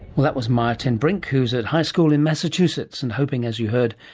that was maia ten brink who is at high school in massachusetts and hoping, as you heard,